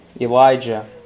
Elijah